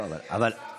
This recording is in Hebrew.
לא, אבל, יש